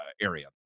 area